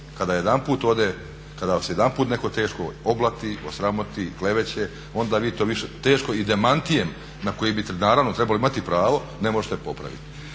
kada vas jedanput netko teško oblati, osramoti, okleveće onda vi to više teško i demantijem na koji bi naravno trebalo imati pravo ne možete popraviti.